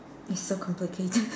it's so complicated